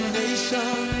nation